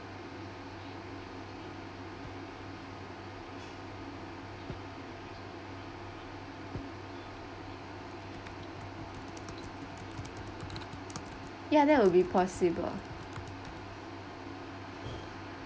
ya that will be possible